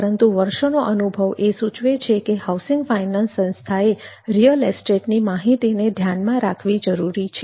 પરંતુ વર્ષોનો અનુભવ એ સૂચવે છે કે હાઉસિંગ ફાઇનાન્સ સંસ્થાએ રિયલ એસ્ટેટની માહિતીને ધ્યાનમાં રાખવી જરૂરી છે